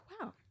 wow